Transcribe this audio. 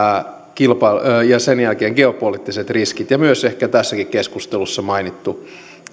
ja sen jälkeen geopoliittiset riskit ja ehkä myös tässäkin keskustelussa mainittu